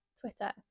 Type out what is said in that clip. Twitter